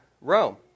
Rome